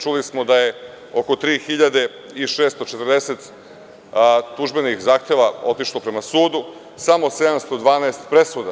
Čuli smo da je oko 3.640 tužbenih zahteva otišlo prema sudu, a samo 712 presuda.